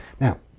now